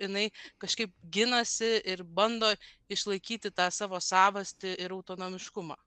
jinai kažkaip ginasi ir bando išlaikyti tą savo savastį ir autonomiškumą